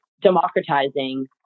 democratizing